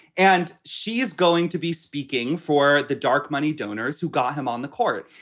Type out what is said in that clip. and she is going to be speaking for the dark money donors who got him on the court.